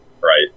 right